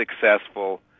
successful